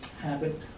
habit